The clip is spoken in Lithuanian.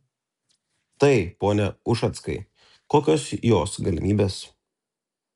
tai pone ušackai kokios jos galimybės